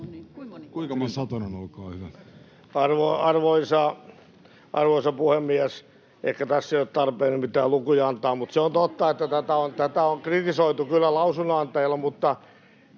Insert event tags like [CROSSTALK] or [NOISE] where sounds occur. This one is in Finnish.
Arvoisa puhemies! Ehkä tässä ei ole tarpeen mitään lukuja antaa. [NOISE] Se on totta, että tätä on kritisoitu kyllä lausunnonantajien